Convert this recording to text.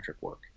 work